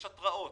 יש התראות,